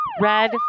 Red